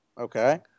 Okay